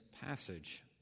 passage